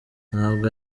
ntabwo